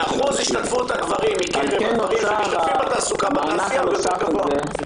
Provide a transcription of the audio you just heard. ואחוז השתתפות הגברים מקרב הגברים שמשתתפים בתעסוקה בתעשייה יותר גבוה.